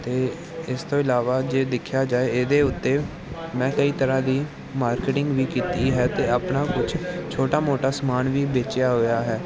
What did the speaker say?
ਅਤੇ ਇਸ ਤੋਂ ਇਲਾਵਾ ਜੇ ਦੇਖਿਆ ਜਾਵੇ ਇਹਦੇ ਉੱਤੇ ਮੈਂ ਕਈ ਤਰ੍ਹਾਂ ਦੀ ਮਾਰਕੀਟਿੰਗ ਵੀ ਕੀਤੀ ਹੈ ਅਤੇ ਆਪਣਾ ਕੁਛ ਛੋਟਾ ਮੋਟਾ ਸਮਾਨ ਵੀ ਵੇਚਿਆ ਹੋਇਆ ਹੈ